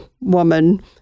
woman